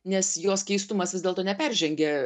nes jos keistumas vis dėlto neperžengia